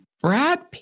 Brad